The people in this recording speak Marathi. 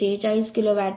74746 किलो वॅट